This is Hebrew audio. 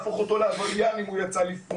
לא צריך להפוך אותו לעבריין אם הוא יצא לפני.